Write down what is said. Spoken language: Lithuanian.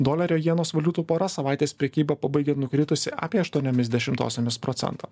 dolerio jenos valiutų pora savaitės prekybą pabaigė nukritusi apie aštuoniomis dešimtosiomis procento